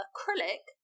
Acrylic